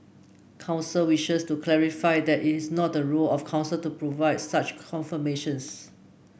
council wishes to clarify that it is not the role of council to provide such confirmations